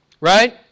Right